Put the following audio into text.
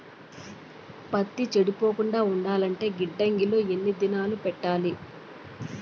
పత్తి చెడిపోకుండా ఉండాలంటే గిడ్డంగి లో ఎన్ని దినాలు పెట్టాలి?